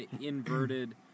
inverted